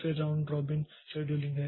फिर round robin scheduling हैं